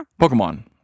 Pokemon